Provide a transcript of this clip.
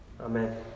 Amen